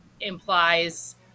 implies